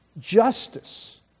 justice